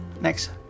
Next